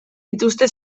dituzte